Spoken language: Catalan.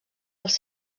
els